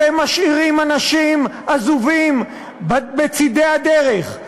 אתם משאירים אנשים עזובים בצדי הדרך.